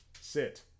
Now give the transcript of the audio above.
sit